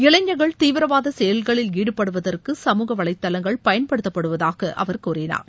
இளைஞர்கள் தீவிரவாத செயல்களில் ஈடுபடுவதற்கு சமுக வலைதளங்கள் பயன்படுத்தப்படுவதாக அவர் கூறினார்